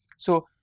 so,